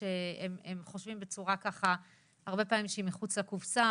הן חושבות בצורה ככה הרבה פעמים שהיא מחוץ לקופסא,